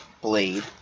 Blade